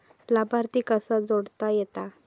लाभार्थी कसा जोडता येता?